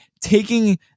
taking